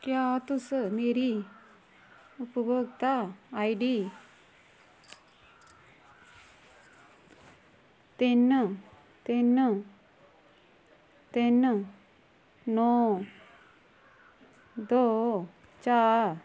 क्या तुस मेरी उपभोगता आई डी तिन तिन तिन नौ दो चार